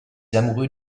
amoureux